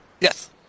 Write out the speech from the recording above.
Yes